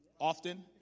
often